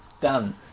Done